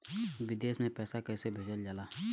विदेश में पैसा कैसे भेजल जाला?